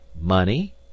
money